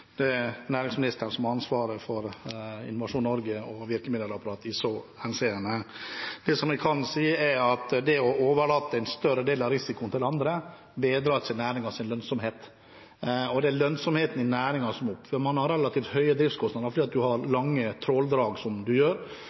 Det er næringsministeren som har ansvaret for Innovasjon Norge og virkemiddelapparatet i så henseende. Det jeg kan si, er at det å overlate en større del av risikoen til andre ikke bedrer næringens lønnsomhet. Og det er lønnsomheten i næringen som må opp, for man har relativt høye driftskostnader fordi man har lange tråldrag, det er stor motorkraft som